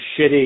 shitty